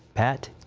pat?